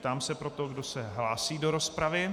Ptám se proto, kdo se hlásí do rozpravy.